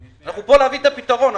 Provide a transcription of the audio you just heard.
אנחנו פה להביא את הפתרון.